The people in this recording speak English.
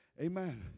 amen